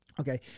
Okay